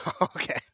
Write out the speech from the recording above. okay